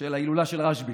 ההילולה של רשב"י.